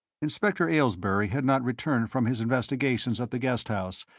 inspector aylesbury had not returned from his investigations at the guest house,